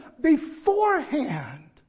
beforehand